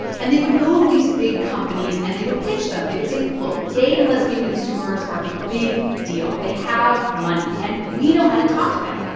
and they would go to these big companies, and they would pitch them. they would say, look, gay and lesbian consumers are a big deal. they have money, and we know how to talk to them.